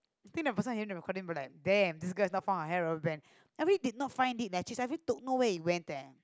i think the person hearing this recording be like damn this girl has not found her hair rubber band I really did not find it eh I really don't know where it went eh